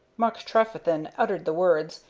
mark trefethen uttered the words,